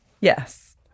Yes